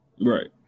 Right